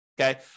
Okay